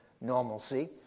normalcy